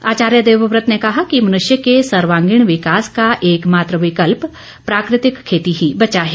आचार्य देवव्रत ने कहा कि मनुष्य के सर्वागीण विकास का एकमात्र विकल्प प्राकृतिक खेती ही बचा है